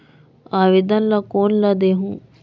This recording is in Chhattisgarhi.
आवेदन ला कोन ला देहुं?